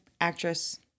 actress